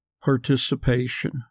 participation